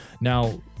Now